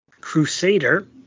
Crusader